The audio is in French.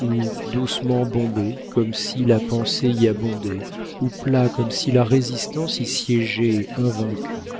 ou doucement bombés comme si la pensée y abondait ou plats comme si la résistance y siégeait invaincue